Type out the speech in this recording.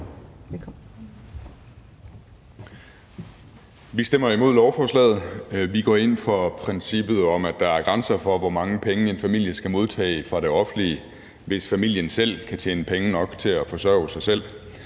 Vi stemmer imod beslutningsforslaget. Vi går ind for princippet om, at der er grænser for, hvor mange penge en familie skal kunne modtage fra det offentlige, hvis familien selv kan tjene penge nok til at forsørge sig selv.